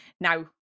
Now